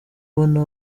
ubona